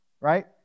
Right